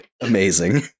Amazing